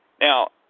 now